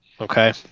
Okay